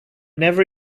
never